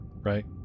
Right